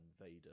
Vader